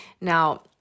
Now